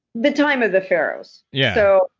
the time of the pharaohs yeah so,